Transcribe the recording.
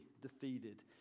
defeated